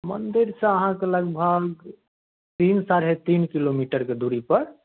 मन्दिर सऽ अहाँके लगभग तीन साढ़े तीन किलोमीटर के दूरी पर